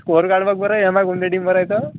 score card बघ बरं यमाय कोणत्या टीमवर आहे तर